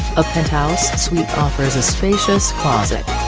a penthouse suite offers a spacious closet.